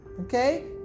okay